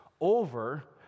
over